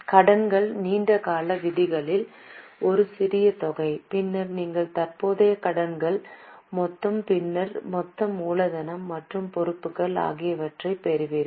கடன்கள் நீண்ட கால விதிகள் ஒரு சிறிய தொகை பின்னர் நீங்கள் தற்போதைய கடன்கள் மொத்தம் பின்னர் மொத்த மூலதனம் மற்றும் பொறுப்புகள் ஆகியவற்றைப் பெறுவீர்கள்